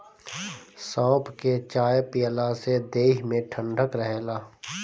सौंफ के चाय पियला से देहि में ठंडक रहेला